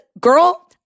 girl